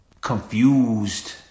confused